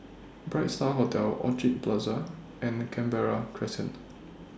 Bright STAR Hotel Orchid Plaza and Canberra Crescent